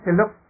Look